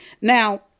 Now